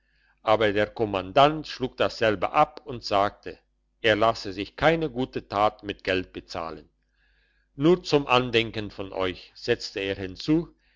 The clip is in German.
aber der kommandant schlug dasselbe ab und sagte er lasse sich keine gute tat mit geld bezahlen nur zum andenken von euch setzte er hinzu